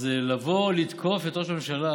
אז לבוא ולתקוף את ראש הממשלה